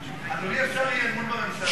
אדוני, אפשר אי-אמון בממשלה בהזדמנות זו?